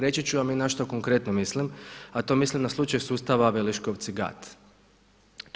Reći ću vam i na što konkretno mislim a to mislim na slučaj sustava Veliškovci i Gat.